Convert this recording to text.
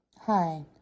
Hi